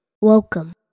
Welcome